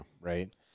right